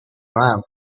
round